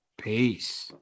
Peace